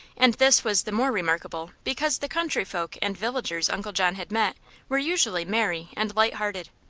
and this was the more remarkable because the country folk and villagers uncle john had met were usually merry and light-hearted.